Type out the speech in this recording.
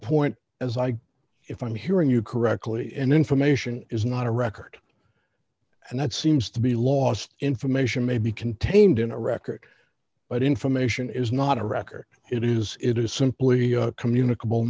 point as i if i'm hearing you correctly in information is not a record and that seems to be lost information may be contained in a record but information is not a record it is it is simply communicable